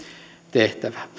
tehtävää